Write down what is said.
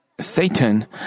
Satan